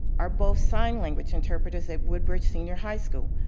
are both sign language interpreters at woodbridge senior high school.